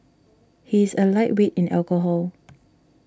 he is a lightweight in alcohol